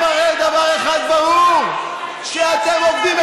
מי שמעסיק אותנו זה הציבור,